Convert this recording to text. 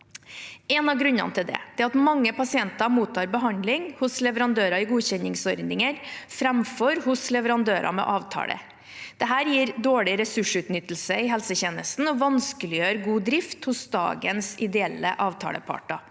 En av grunnene til det er at mange pasienter mottar behandling hos leverandører i godkjenningsordningen framfor hos leverandører med avtale. Dette gir dårlig ressursutnyttelse i helsetjenesten og vanskeliggjør god drift hos dagens ideelle avtaleparter.